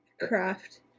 craft